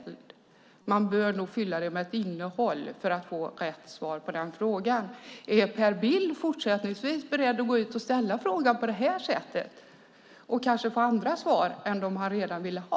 Det var det jag reagerade på. Man bör nog fylla det med ett innehåll för att få rätt svar på den frågan. Är Per Bill fortsättningsvis beredd att gå ut och ställa frågan på det här sättet och kanske få andra svar än dem han ville ha?